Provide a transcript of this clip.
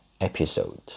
episode